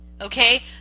Okay